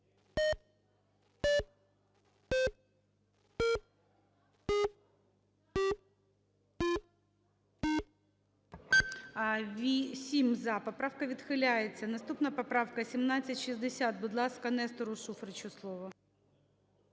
За-7 Поправка відхиляється. Наступна поправка 1760. Будь ласка, Нестору Шуфричу слово.